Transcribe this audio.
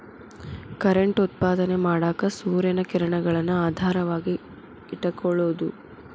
current ಉತ್ಪಾದನೆ ಮಾಡಾಕ ಸೂರ್ಯನ ಕಿರಣಗಳನ್ನ ಆಧಾರವಾಗಿ ಇಟಕೊಳುದು